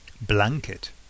Blanket